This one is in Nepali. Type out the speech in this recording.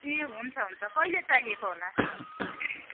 ए हुन्छ हुन्छ कहिले चाहिएको होला